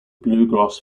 bluegrass